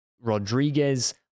Rodriguez